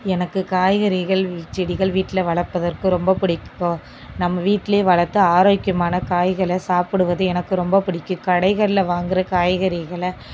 எனக்கு காய்கறிகள் செடிகள் வீட்டில் வளர்ப்பதற்கு ரொம்ப பிடிக்கும் நம்ம வீட்டிலேயே வளர்த்து ஆரோக்கியமான காய்களை சாப்பிடுவது எனக்கு ரொம்ப பிடிக்கும் கடைகளில் வாங்கிற காய்கறிகளில்